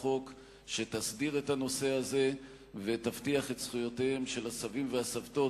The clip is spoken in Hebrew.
חוק שתסדיר את הנושא הזה ותבטיח את זכויותיהם של הסבים והסבתות,